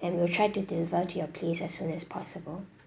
and we'll try to deliver to your place as soon as possible